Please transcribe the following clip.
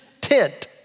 tent